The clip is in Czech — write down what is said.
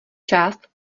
část